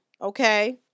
okay